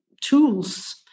tools